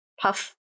puff